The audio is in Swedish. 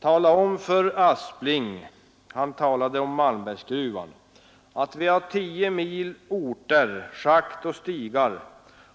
Tala om för Aspling, sade han — han talade om Malmbergsgruvorna — att vi har 10 mil orter, schakt och stigar,